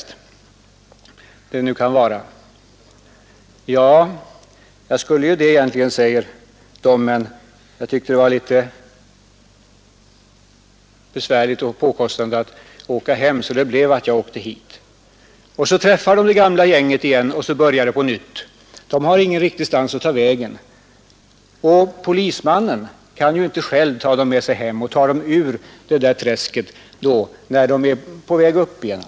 — Ja, säger vederbörande, jag skulle egentligen vara det, men jag tyckte det kändes litet besvärligt och påkostande att ge mig hem, så jag åkte hit i stället. — Så träffar man det gamla gänget och allt börjar på nytt. Dessa människor har ingenstans att ta vägen, och polismannen kan inte själv ta dem ur träsket, när de är på väg nedåt igen.